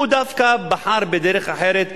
הוא דווקא בחר בדרך אחרת,